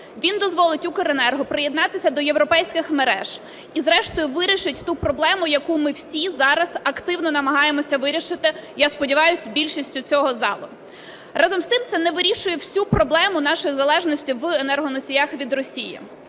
Він дозволить "Укренерго" приєднатися до європейських мереж і зрештою вирішить ту проблему, яку ми всі зараз активно намагаємося вирішити, я сподіваюсь, більшістю цього залу. Разом з тим, це не вирішує всю проблему нашої залежності в енергоносіях від Росії.